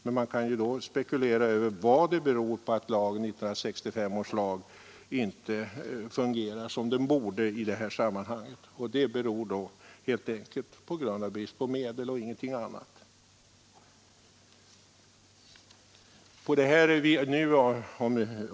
Men man kan ju då spekulera över vad det beror på att 1965 års lag inte fungerar som den borde. Orsaken är brist på medel och ingenting annat.